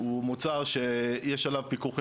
הוא מוצר שיש עליו פיקוח,